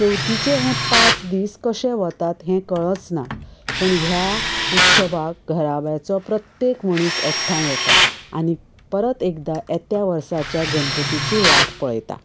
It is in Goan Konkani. चवथीचें हे पांच दीस कशे वतात हें कळच ना पूण ह्या उत्सवाक घराब्याचो प्रत्येक मनीस एकठांय येता आनी परत एकदा येत्या वर्साच्या गणपतीची वाट पळयता